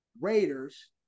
Raiders